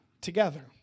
together